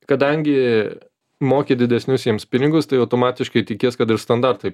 kadangi moki didesnius jiems pinigus tai automatiškai tikies kad ir standartai